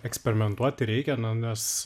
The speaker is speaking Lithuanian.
eksperimentuoti reikia na nes